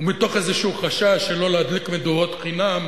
ומתוך איזה חשש שלא להדליק מדורות חינם